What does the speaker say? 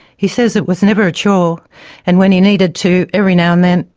he says it was never a chore and, when he needed to, every now and then,